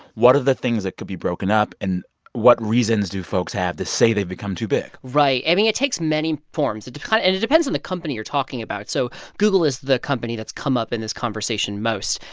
what are the things that could be broken up, and what reasons do folks have to say they've become too big? right. i mean, it takes many forms. it kind and it depends on the company you're talking about. so google is the company that's come up in this conversation most.